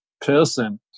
person